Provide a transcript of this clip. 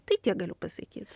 tai tiek galiu pasakyt